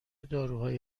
داروهایی